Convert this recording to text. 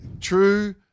true